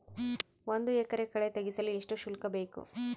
ಒಂದು ಎಕರೆ ಕಳೆ ತೆಗೆಸಲು ಎಷ್ಟು ಶುಲ್ಕ ಬೇಕು?